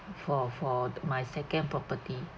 for for my second property